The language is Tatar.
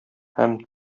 һәм